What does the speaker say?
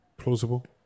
plausible